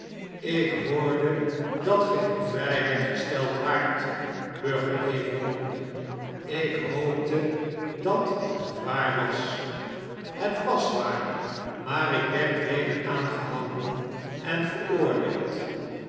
lk hoorde dat ge in vrijheid gesteld waart burger evre'monde ik hoopte dat het waar was het was waar maar ik werd weder aangehouden en veroordeeld